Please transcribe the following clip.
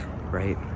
right